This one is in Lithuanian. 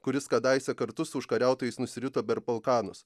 kuris kadaise kartu su užkariautojais nusirito per balkanus